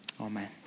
amen